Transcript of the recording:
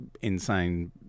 insane